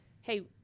hey